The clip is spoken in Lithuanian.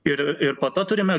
ir ir po to turime